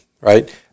right